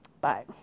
Bye